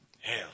Hell